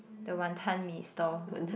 the Wanton-Mee stall